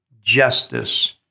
justice